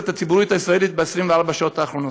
את הציבוריות הישראלית ב-24 השעות האחרונות.